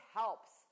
helps